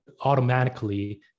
automatically